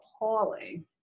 appalling